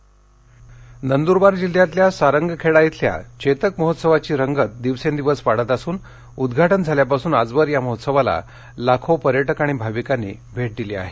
voice कास्टसारंगखेडाः नंदूरबार जिल्ह्यातल्या सारंगखेडा इथल्या चेतक महोत्सवाची रंगत दिवसेंदिवस वाढत असून उद्घाटन झाल्यापासुन आजवर या महोत्सवाला लाखो पर्यटक भाविकांनी भेट दिली आहे